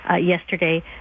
yesterday